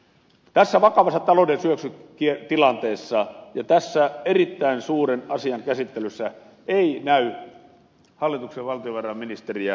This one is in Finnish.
tässä vakavassa talouden syöksytilanteessa ja tämän erittäin suuren asian käsittelyssä ei näy hallituksen valtiovarainministeriä